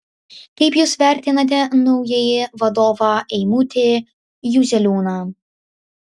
kaip jūs vertinate naująjį vadovą eimutį juzeliūną